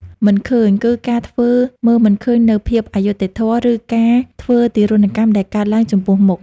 «មិនឃើញ» គឺការធ្វើមើលមិនឃើញនូវភាពអយុត្តិធម៌ ឬការធ្វើទារុណកម្មដែលកើតឡើងចំពោះមុខ។